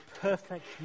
perfect